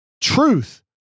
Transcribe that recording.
Truth